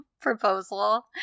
proposal